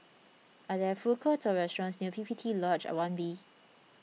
are there food courts or restaurants near P P T Lodge one B